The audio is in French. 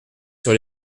sur